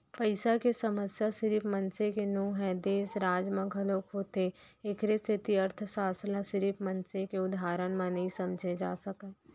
पइसा के समस्या सिरिफ मनसे के नो हय, देस, राज म घलोक होथे एखरे सेती अर्थसास्त्र ल सिरिफ मनसे के उदाहरन म नइ समझे जा सकय